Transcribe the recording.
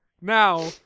Now